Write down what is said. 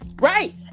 right